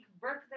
birthday